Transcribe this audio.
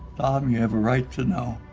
ah um you have a right to know.